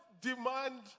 demand